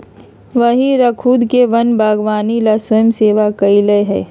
वही स्खुद के वन बागवानी ला स्वयंसेवा कई लय